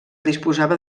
disposava